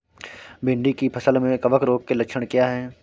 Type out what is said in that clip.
भिंडी की फसल में कवक रोग के लक्षण क्या है?